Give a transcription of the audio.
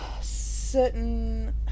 certain